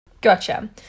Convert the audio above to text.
Gotcha